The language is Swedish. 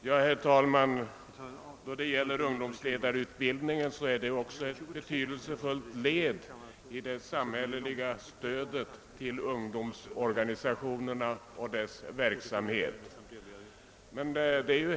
Herr taiman! Ungdomsledarutbildningen utgör också ett betydelsefullt led i det samhälleliga stödet till ungdomsorganisationerna och deras verksamhet.